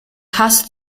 hast